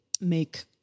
make